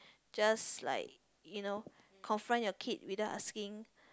just like you know conference your kids without asking